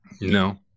No